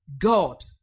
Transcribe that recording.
God